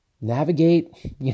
navigate